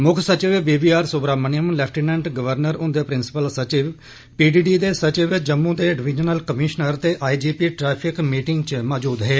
मुक्ख सचिव B V R Subrahmanyam lieutenant governor हूंदे प्रिंसीपल सचिव पीडीडी दे सचिव जम्मू दे डिविजनल कमिशनर ते आईजीपी ट्रैफिक मीटिंग च मौजूद हे